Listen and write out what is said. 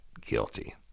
guilty